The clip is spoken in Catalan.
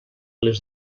les